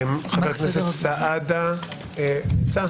חבר הכנסת סעדה יצא.